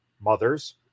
mothers